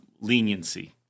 leniency